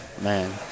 man